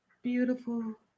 beautiful